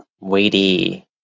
weighty